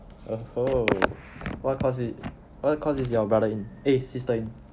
oh !whoa! what course he in what course is your brother in eh sister in